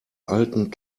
alten